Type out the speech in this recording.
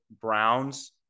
Browns